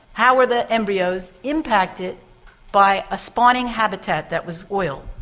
how were the embryos impacted by a spawning habitat that was oiled.